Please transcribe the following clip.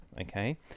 okay